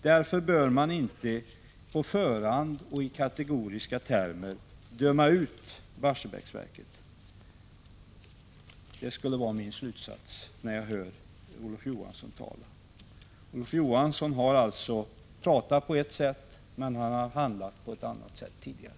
Därför bör man inte på förhand och i kategoriska termer döma ut Barsebäcksverket. Det är min slutsats av Olof Johanssons anförande. Olof Johansson har nu talat på ett visst sätt, men han har handlat på ett annat sätt tidigare.